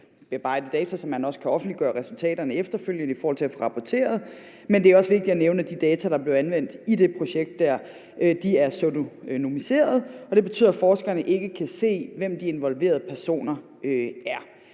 så man også kan offentliggøre resultaterne efterfølgende i forhold til at få rapporteret. Men det er også vigtigt at nævne, at de data, der blev anvendt i det der projekt, er pseudonymiserede, og det betyder, at forskerne ikke kan se, hvem de involverede personer er.